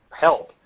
help